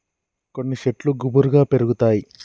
కొన్ని శెట్లు గుబురుగా పెరుగుతాయి